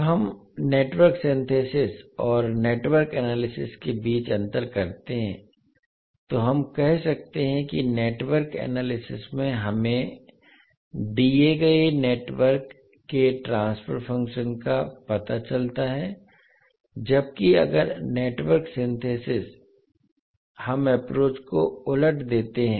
जब हम network synthesis और नेटवर्क एनालिसिस के बीच अंतर करते हैं तो हम कह सकते हैं कि नेटवर्क एनालिसिस में हमें दिए गए नेटवर्क के ट्रांसफर फंक्शन का पता चलता है जबकि अगर नेटवर्क सिंथेसिस हम अप्प्रोच को उलट देते हैं